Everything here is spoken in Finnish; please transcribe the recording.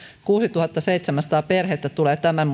kuusituhattaseitsemänsataa perhettä tulee tämän